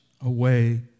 away